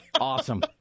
Awesome